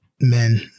men